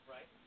Right